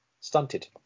stunted